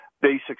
basic